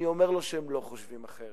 אני אומר לו שהם לא חושבים אחרת.